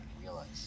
realize